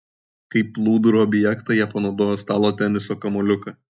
kaip plūdrų objektą jie panaudojo stalo teniso kamuoliuką